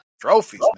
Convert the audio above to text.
Trophies